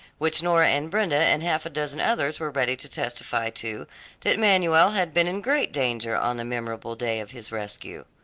which nora and brenda and half a dozen others were ready to testify to that manuel had been in great danger on the memorable day of his rescue.